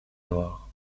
noir